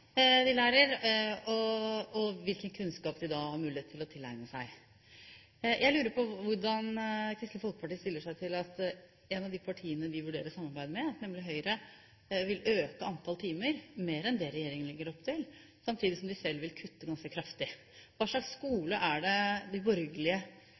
de lærer og hvilken kunnskap de da har mulighet til å tilegne seg. Jeg lurer på hvordan Kristelig Folkeparti stiller seg til at et av de partiene de vurderer samarbeid med, nemlig Høyre, vil øke antall timer – mer enn det regjeringen legger opp til – samtidig som de selv vil kutte ganske kraftig. Hva slags